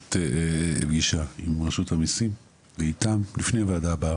לעשות פגישה עם רשות המיסים ואיתם לפני הוועדה הבאה,